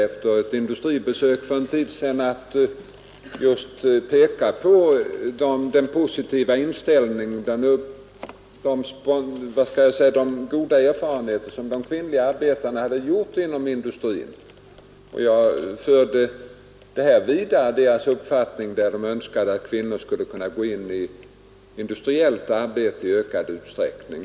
Efter ett industribesök för en tid sedan hade jag tillfälle att just peka på de goda erfarenheter som de kvinnliga arbetarna hade gjort inom industrin, och jag förde vidare deras önskan att kvinnor skulle kunna gå in i industriellt arbete i ökad utsträckning.